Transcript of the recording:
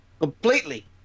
completely